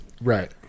right